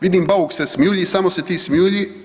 Vidim Bauk se smijulji i samo se ti smijulji.